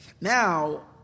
Now